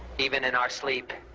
even in our sleep,